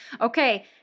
Okay